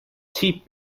chip